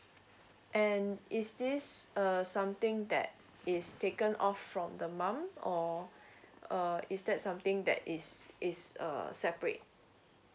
and is this uh something that is taken off from the mom or uh is that something that is is err a separate